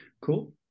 cool